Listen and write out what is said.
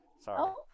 sorry